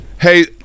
Hey